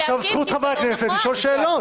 עכשיו זכות חברי הכנסת לשאול שאלות.